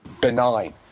benign